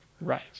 Right